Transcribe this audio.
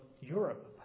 Europe